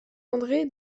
andré